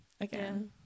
again